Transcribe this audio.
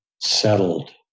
Settled